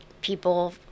people